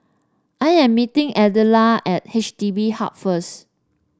I am meeting Adela at H D B Hub first